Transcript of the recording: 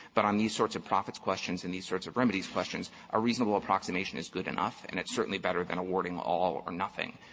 but on these sorts of profits questions and these sorts of remedies questions, a reasonable approximation is good enough, and it's certainly better than awarding all or nothing.